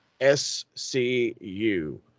SCU